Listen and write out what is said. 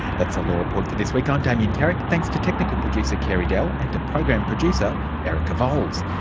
that's the law report for this week. i'm damien carrick. thanks to technical producer carey dell. and to program producer erica vowles.